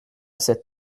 cette